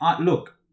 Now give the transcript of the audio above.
Look